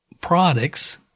products